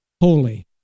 holy